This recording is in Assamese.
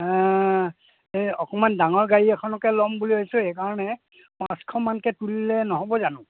এই অকণমান ডাঙৰ গাড়ী এখনকে ল'ম বুলি ভাবিছোঁ সেইকাৰণে পাঁচশমানকৈ তুলিলে নহ'ব জানো